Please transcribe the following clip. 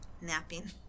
Napping